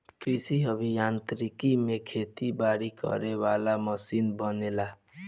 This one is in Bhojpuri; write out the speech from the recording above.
कृषि अभि यांत्रिकी में खेती बारी करे वाला मशीन बनेला